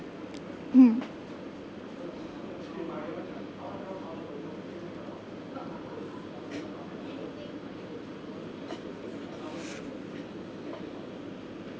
mm